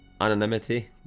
Anonymity